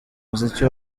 muziki